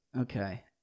Okay